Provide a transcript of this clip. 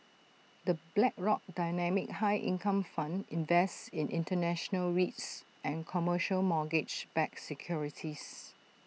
the Blackrock dynamic high income fund invests in International REITs and commercial mortgage backed securities